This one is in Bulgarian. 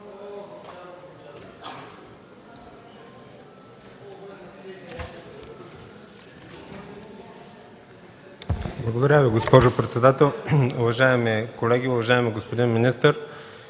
Благодаря Ви, госпожо председател. Уважаеми колеги, уважаеми господин министър!